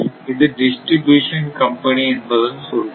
இது distribution company என்பதன் சுருக்கம்